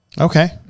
Okay